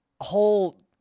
whole